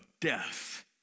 death